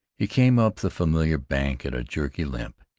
he came up the familiar bank at a jerky limp,